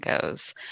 goes